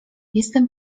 jestem